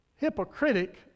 Hypocritic